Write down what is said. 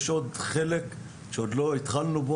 יש חלק שעוד לא התחלנו בו,